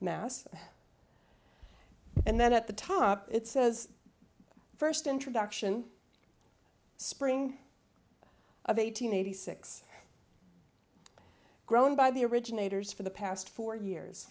mass and then at the top it says first introduction spring of eight hundred eighty six grown by the originators for the past four years